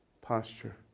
posture